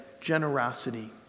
generosity